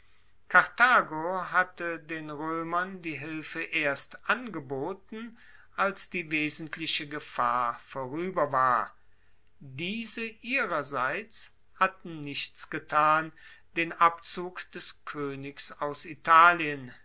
karthago hatte den roemern die hilfe erst angeboten als die wesentliche gefahr vorueber war diese ihrerseits hatten nichts getan den abzug des koenigs aus italien